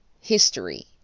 history